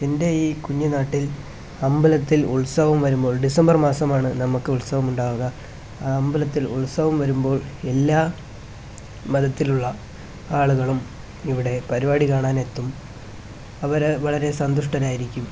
എന്റെ ഈ കുഞ്ഞുനാട്ടില് അമ്പലത്തില് ഉത്സവം വരുമ്പോള് ഡിസംബര് മാസമാണ് നമുക്ക് ഉത്സവമുണ്ടാകുക അമ്പലത്തില് ഉത്സവം വരുമ്പോള് എല്ലാ മതത്തിലുള്ള ആളുകളും ഇവിടെ പരി പരിപാടി കാണാന് എത്തും അവർ വളരെ സന്തുഷ്ടരായിരിക്കും